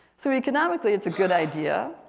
so economically it's a good idea,